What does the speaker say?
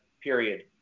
period